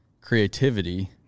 creativity